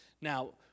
now